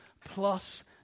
plus